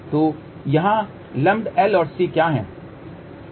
तो यह यहाँ लूम्पड L और C क्या है